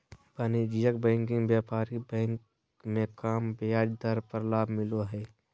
वाणिज्यिक बैंकिंग व्यापारिक बैंक मे कम ब्याज दर के लाभ मिलो हय